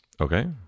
Okay